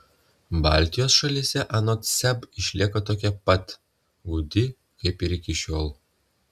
baltijos šalyse anot seb išlieka tokia pat gūdi kaip ir iki šiol